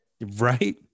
Right